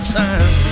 time